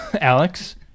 Alex